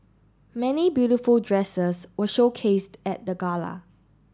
many beautiful dresses were showcased at the gala